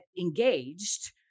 engaged